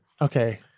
Okay